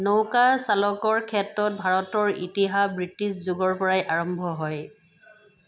নৌকা চালকৰ ক্ষেত্ৰত ভাৰতৰ ইতিহাস ব্ৰিটিছ যুগৰ পৰাই আৰম্ভ হয়